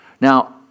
Now